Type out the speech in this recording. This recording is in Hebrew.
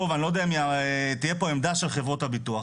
ואני לא יודע אם תהיה פה עמדה של חברות הביטוח.